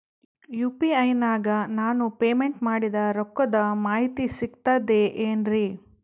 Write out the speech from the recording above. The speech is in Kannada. ಯು.ಪಿ.ಐ ನಾಗ ನಾನು ಪೇಮೆಂಟ್ ಮಾಡಿದ ರೊಕ್ಕದ ಮಾಹಿತಿ ಸಿಕ್ತದೆ ಏನ್ರಿ?